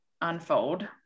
unfold